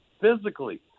physically